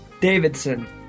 Davidson